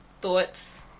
Thoughts